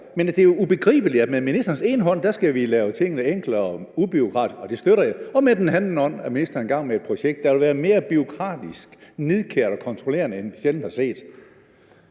Men det er jo ubegribeligt, at med ministerens ene hånd skal vi lave tingene enklere og ubureaukratiske – og det støtter jeg – og med den anden hånd er ministeren i gang med et projekt, der vil være mere bureaukratisk, nidkært og kontrollerende, end vi sjældent har set.